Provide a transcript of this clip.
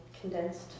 condensed